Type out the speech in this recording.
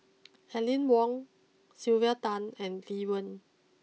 Aline Wong Sylvia Tan and Lee Wen